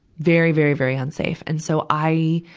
very, very, very unsafe. and so, i,